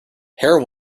heroin